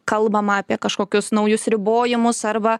kalbama apie kažkokius naujus ribojimus arba